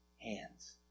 hands